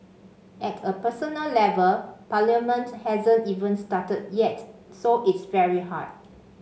at a personal level Parliament hasn't even started yet so it's very hard